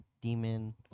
demon